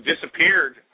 disappeared